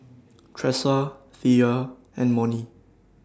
Tressa Thea and Monnie